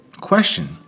question